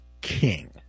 king